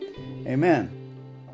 Amen